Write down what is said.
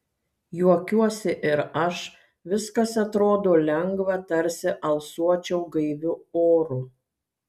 juokiuosi ir aš viskas atrodo lengva tarsi alsuočiau gaiviu oru